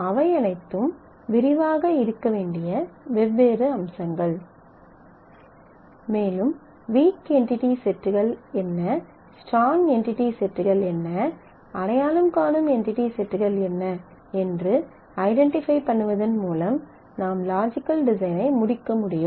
அவை அனைத்தும் விரிவாக இருக்க வேண்டிய வெவ்வேறு அம்சங்கள் மேலும் வீக் என்டிடி செட்கள் என்ன ஸ்டராங் என்டிடி செட்கள் என்ன அடையாளம் காணும் என்டிடிகள் என்ன என்று ஐடென்டிஃபை பண்ணுவதன் மூலம் நாம் லாஜிக்கல் டிசைனை முடிக்க முடியும்